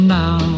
now